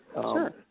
sure